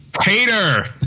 HATER